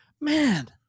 man